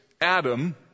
Adam